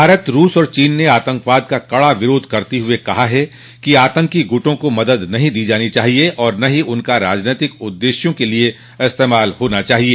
भारत रूस और चीन ने आतंकवाद का कड़ा विरोध करते हए कहा है कि आतंकी गुटों को मदद नहीं दी जानी चाहिए और न ही उनका राजनीतिक उद्देश्यों के लिए इस्तेमाल होना चाहिए